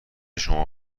شما